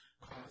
cause